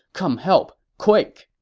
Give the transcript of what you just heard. come help, quick!